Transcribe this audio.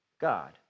God